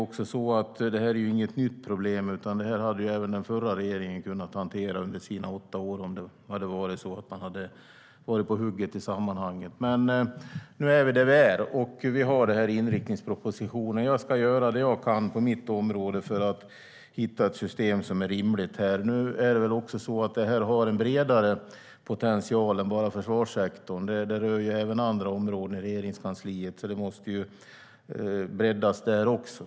Men det här är ju inget nytt problem, utan det här hade även den förra regeringen kunnat hantera under sina åtta år om den hade varit på hugget i sammanhanget. Nu är vi där vi är, och vi har den här inriktningspropositionen. Jag ska göra det jag kan på mitt område för att hitta ett system som är rimligt här. Det är väl också så att det här har en bredare potential än bara försvarssektorn. Det rör även andra områden i Regeringskansliet, så det måste breddas där också.